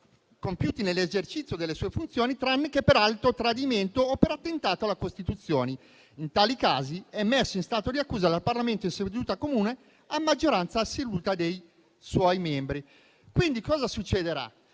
compiuti nell'esercizio delle sue funzioni, tranne che per alto tradimento o per attentato alla Costituzione. In tali casi è messo in stato di accusa dal Parlamento in seduta comune, a maggioranza assoluta dei suoi membri». Succederà